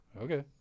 Okay